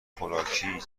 خوراکی